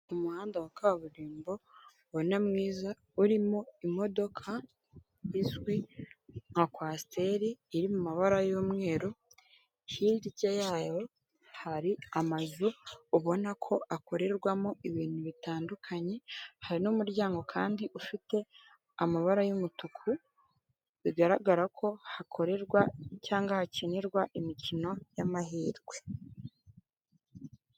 Umuhanda wa kaburimbo ubona mwiza, urimo imodoka izwi nka kwasiteri iri mu mabara y'umweru, hirya yayo hari amazu ubona ko akorerwamo ibintu bitandukanye, hari n'umuryango kandi ufite amabara y'umutuku, bigaragara ko hakorerwa cyangwa hakinirwa imikino y'amahirwe.